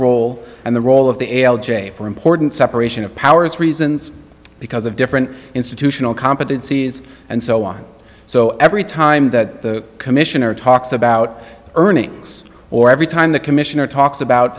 role and the role of the l j for important separation of powers reasons because of different institutional competencies and so on so every time that the commissioner talks about earnings or every time the commissioner talks about